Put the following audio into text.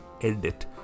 edit